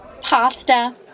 Pasta